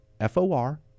F-O-R